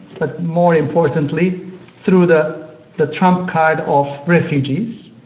but more importantly through the the trump card of refugees.